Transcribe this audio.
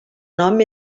nom